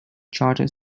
charter